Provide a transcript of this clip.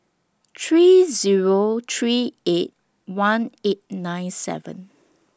three Zero three eight one eight nine seven